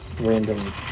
random